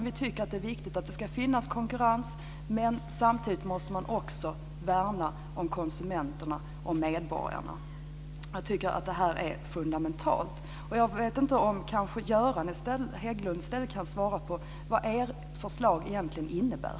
Vi tycker att det är viktigt att det finns konkurrens, men samtidigt måste man värna om konsumenterna, om medborgarna. Jag tycker att detta är fundamentalt. Kanske Göran Hägglund i stället kan svara på vad ert förslag egentligen innebär.